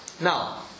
Now